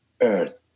Earth